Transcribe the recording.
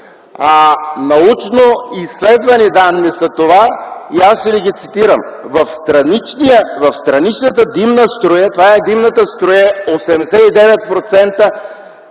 научно изследвани данни, които аз ще ви ги цитирам: в страничната димна струя, а това е димната струя от